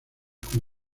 con